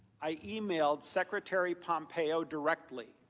a emailed secretary pompeo directly,